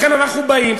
לכן אנחנו באים,